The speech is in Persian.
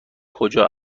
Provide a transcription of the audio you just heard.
کجا